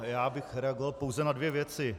Já bych reagoval pouze na dvě věci.